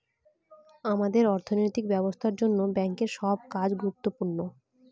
আমাদের অর্থনৈতিক ব্যবস্থার জন্য ব্যাঙ্কের সব কাজ গুরুত্বপূর্ণ